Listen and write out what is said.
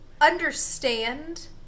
understand